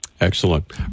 Excellent